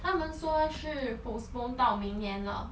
他们说是 postpone 到明年了